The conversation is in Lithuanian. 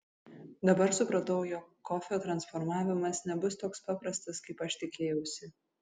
dabar supratau jog kofio transportavimas nebus toks paprastas kaip aš tikėjausi